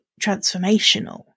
transformational